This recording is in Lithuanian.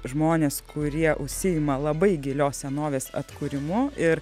žmones kurie užsiima labai gilios senovės atkūrimu ir